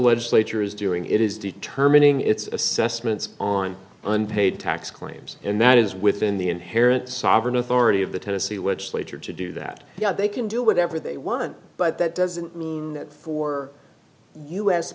legislature is doing it is determining its assessments on unpaid tax claims and that is within the inherent sovereign authority of the tennessee legislature to do that yet they can do whatever they want but that doesn't mean that for u